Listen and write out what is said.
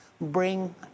bring